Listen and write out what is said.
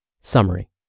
Summary